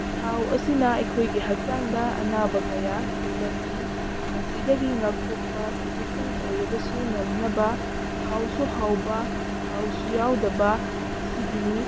ꯊꯥꯎ ꯑꯁꯤꯅ ꯑꯩꯈꯣꯏꯒꯤ ꯍꯛꯆꯥꯡꯗ ꯑꯅꯥꯕ ꯀꯌꯥ ꯊꯣꯛꯂꯛꯏ ꯃꯁꯤꯗꯒꯤ ꯉꯥꯛꯊꯣꯛꯄ ꯈꯖꯤꯛꯇꯪ ꯑꯣꯏꯔꯕꯁꯨ ꯉꯝꯅꯕ ꯍꯥꯎꯁꯨ ꯍꯥꯎꯕ ꯊꯥꯎꯁꯨ ꯌꯥꯎꯗꯕ ꯑꯁꯤꯒꯤꯅꯤ